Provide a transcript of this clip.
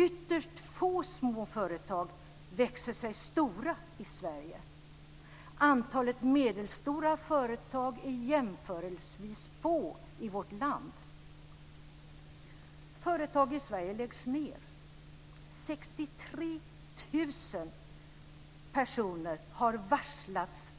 Ytterst få små företag växer sig stora i Sverige. Antalet medelstora företag är jämförelsevis få i vårt land. Företag i Sverige läggs ned. 63 000 personer har varslats